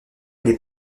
n’est